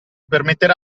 permetterà